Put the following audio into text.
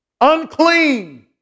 unclean